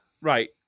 right